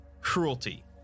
cruelty